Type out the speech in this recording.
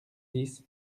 dix